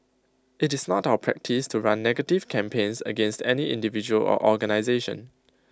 IT is not our practice to run negative campaigns against any individual or organisation